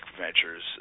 ventures